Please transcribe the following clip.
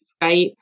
Skype